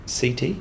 CT